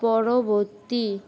পরবর্তী